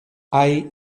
hay